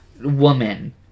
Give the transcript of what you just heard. woman